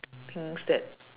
things that